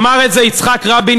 אמר את זה יצחק רבין,